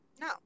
No